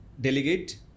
Delegate